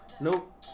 Nope